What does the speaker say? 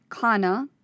kana